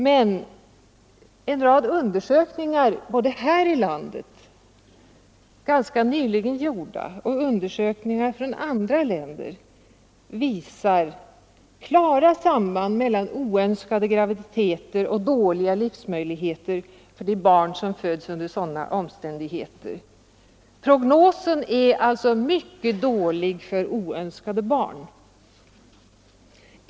Men en rad undersökningar både här i landet — ganska nyligen utförda — och i andra länder visar klara samband mellan oönskade graviditeter och dåliga livsmöjligheter för de barn som föds under sådana omständigheter. Prognosen är alltså mycket dålig för oönskade barn.